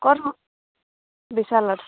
ক'ত সোমাম বিশালত